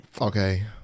Okay